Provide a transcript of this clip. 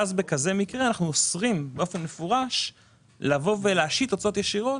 ואז אנחנו אוסרים באופן מפורש להשית הוצאות ישירות